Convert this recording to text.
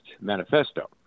Manifesto